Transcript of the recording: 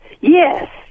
Yes